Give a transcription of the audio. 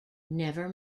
never